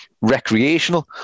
recreational